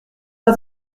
pas